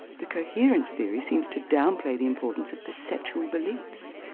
the coherence theory seems to downplay the importance of perceptual beliefs,